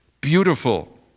Beautiful